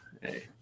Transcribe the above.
hey